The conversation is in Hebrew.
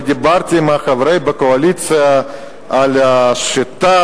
ודיברתי עם חברי בקואליציה על השיטה,